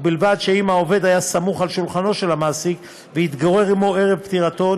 ובלבד שאם העובד היה סמוך על שולחנו של המעסיק והתגורר עמו ערב פטירתו,